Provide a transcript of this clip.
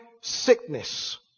sickness